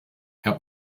herr